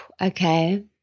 okay